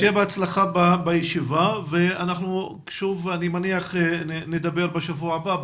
שיהיה בהצלחה בישיבה ואני מניח שנמשיך לדבר בשבוע הבא,